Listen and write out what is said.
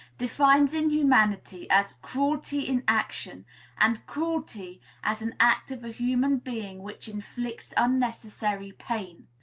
defines inhumanity as cruelty in action and cruelty as an act of a human being which inflicts unnecessary pain.